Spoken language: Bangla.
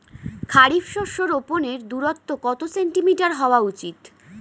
খারিফ শস্য রোপনের দূরত্ব কত সেন্টিমিটার হওয়া উচিৎ?